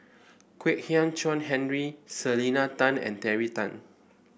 Kwek Hian Chuan Henry Selena Tan and Terry Tan